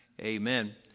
amen